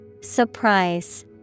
Surprise